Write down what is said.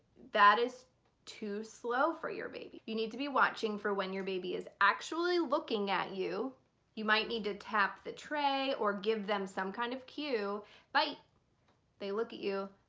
that is too slow for your baby. you need to be watching for when your baby is actually looking at you you might need to tap the tray or give them some kind of cue bite they look at you,